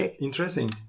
Interesting